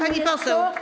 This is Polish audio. Pani poseł.